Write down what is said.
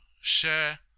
share